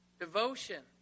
Devotion